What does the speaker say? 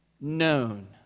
known